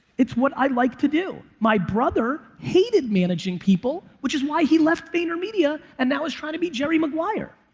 it's what i like to do. my brother hated managing people, which is why he left vaynermedia and now is trying to be jerry maguire.